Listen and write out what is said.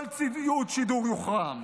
כל ציוד שידור יוחרם.